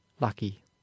lucky